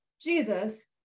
Jesus